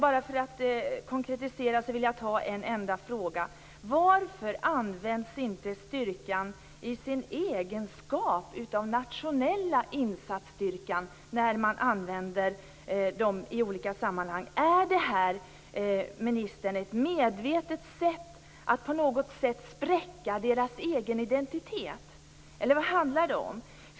Bara för att konkretisera vill jag ta upp en enda fråga. Varför används inte styrkan i sin egenskap av nationell insatsstyrka när den tas i anspråk i olika sammanhang? Är det här en medveten inriktning, ministern, att på något sätt spräcka dess egna identitet, eller vad handlar det om?